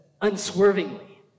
unswervingly